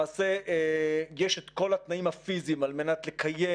למעשה יש את כל התנאים הפיזיים על מנת לקיים